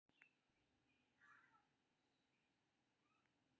असुरक्षित ऋणक मंजूरी लेल उधारकर्ता के क्रेडिट स्कोर उच्च हेबाक चाही